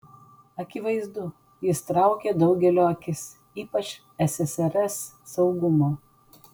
akivaizdu jis traukė daugelio akis ypač ssrs saugumo